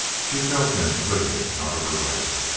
she felt him slipping out of her life.